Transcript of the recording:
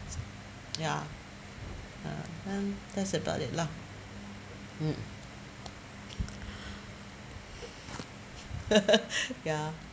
ya (uh huh) that's about it lah mm ya